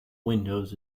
windows